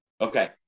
Okay